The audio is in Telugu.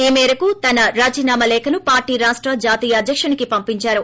ఈ మేరకు తన రాజీనామా లేఖను పార్టీ రాష్ట జాతీయ అధ్యకునికి పంపించారు